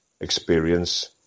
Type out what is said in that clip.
experience